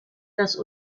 das